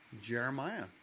Jeremiah